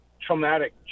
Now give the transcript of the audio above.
traumatic